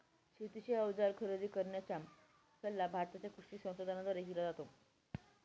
शेतीचे अवजार खरेदी करण्याचा सल्ला भारताच्या कृषी संसाधनाद्वारे दिला जातो